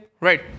right